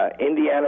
Indiana